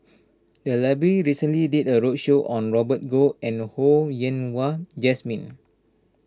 the library recently did a roadshow on Robert Goh and Ho Yen Wah Jesmine